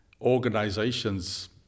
organizations